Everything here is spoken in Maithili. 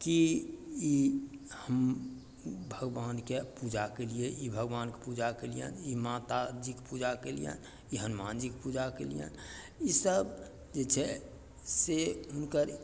की ई हम भगवानके पूजा कयलियै ई भगवानके पूजा कयलियनि ई माताजीके पूजा कयलियनि ई हनुमान जीके पूजा कयलियनि ईसब जे छै से हुनकर